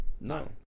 No